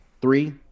three